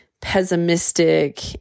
pessimistic